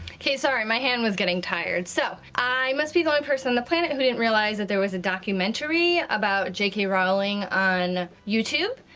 okay, sorry, my hand was getting tired. so i must be the only person on the planet who didn't realize that there was a documentary about j k. rowling on youtube,